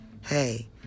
Hey